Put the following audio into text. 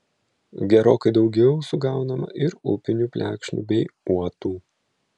gerokai daugiau sugaunama ir upinių plekšnių bei uotų